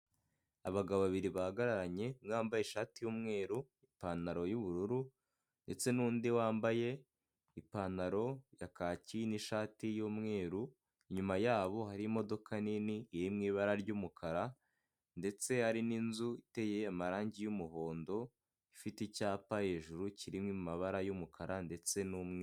Abagabo babiri bahagararanye bambaye ishati y'umweru, ipantaro y'ubururu ndetse n'undi wambaye ipantaro ya kaki n'ishati y'umweru inyuma yabo hari imodoka nini iri mu ibara ry'umukara ndetse hari n'inzu iteye amarangi y'umuhondo ifite icyapa hejuru kirimo amabara y'umukara ndetse n'umweru.